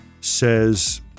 says